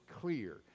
clear